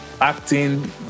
acting